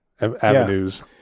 avenues